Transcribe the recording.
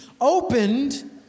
opened